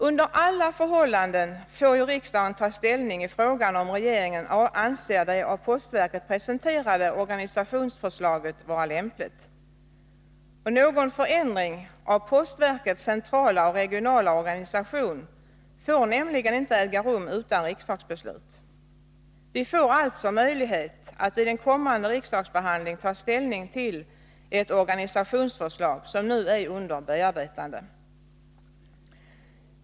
Under alla förhållanden får ju riksdagen ta ställning i frågan om regeringen anser det av postverket presenterade organisationsförslaget vara lämpligt. Någon förändring av postverkets centrala och regionala organisation får nämligen inte äga rum utan riksdagsbeslut. Vi får alltså möjlighet att vid en kommande riksdagsbehandling ta ställning till ett organisationsförslag som nu är under utarbetande.